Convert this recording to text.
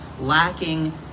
lacking